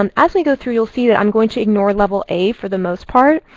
um as we go through, you'll see that i'm going to ignore level a for the most part.